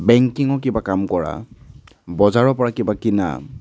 বেংকিঙৰ কিবা কাম কৰা বজাৰৰ পৰা কিবা কিনা